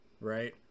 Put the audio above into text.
Right